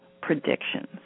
predictions